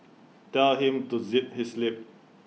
tell him to zip his lip